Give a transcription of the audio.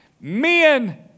men